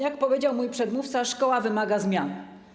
Jak powiedział mój przedmówca, szkoła wymaga zmian.